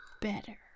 better